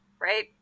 right